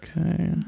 Okay